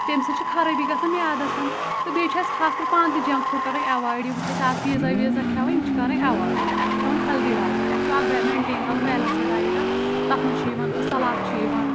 تمہِ سۭتۍ چھِ خَرٲبی گَژَھان میادَس تہِ بیٚیہِ چھِ اسہِ خاص کَر پان تہِ جَنٛک فوٗڈ کَرُن ایوایَڈ یِم چھِ اسہِ آز پیزا ویٖزا کھٮ۪وَن یِم چھِ کَرٕنۍ ایوایڈ اسہِ چھ کھیٚون ہیلدی ڈایِٹ اسہِ چھُ اکھ مینٹین کَرُن بیلٮ۪نسٕڈ ڈایٹ تَتھ منٛز چھُ یِوان سَلات چھُ یِوان